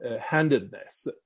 handedness